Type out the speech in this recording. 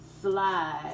slide